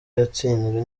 yatsinzwe